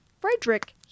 Frederick